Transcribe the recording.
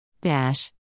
Dash